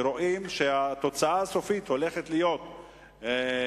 כשרואים שהתוצאה הסופית הולכת להיות טרגית,